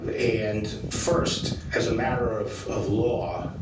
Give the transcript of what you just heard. and first, as a matter of of law,